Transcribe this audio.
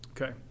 Okay